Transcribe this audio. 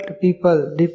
people